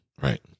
Right